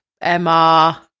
Emma